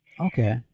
Okay